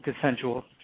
consensual